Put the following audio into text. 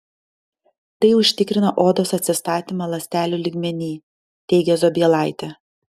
tai užtikrina odos atsistatymą ląstelių lygmenyj teigė zobielaitė